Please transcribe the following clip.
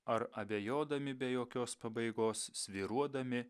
ar abejodami be jokios pabaigos svyruodami